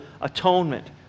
atonement